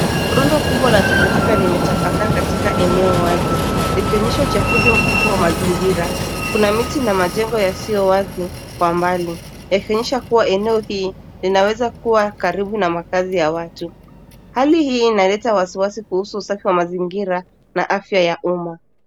Rundo kubwa la takataka limechapakaa katika eneo wazi likionyesha uchafuzi mkubwa wa mazingira. Kuna miti na majengo yasiowazi kwa mbali, yakionyesha kuwa eneo hii linaweza kuwa karibu na makazi ya watu. Hali hii inaleta wasiwasi kuhusu usafi wa mazingira na afya ya umma.